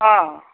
অঁ